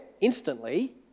instantly